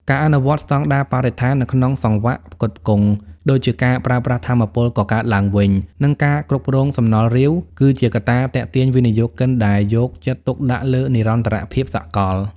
ការអនុវត្តស្ដង់ដារបរិស្ថាននៅក្នុងសង្វាក់ផ្គត់ផ្គង់ ដូចជាការប្រើប្រាស់ថាមពលកកើតឡើងវិញ និងការគ្រប់គ្រងសំណល់រាវ គឺជាកត្តាទាក់ទាញវិនិយោគិនដែលយកចិត្តទុកដាក់លើនិរន្តរភាពសកល។